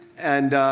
and